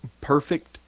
perfect